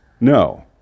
No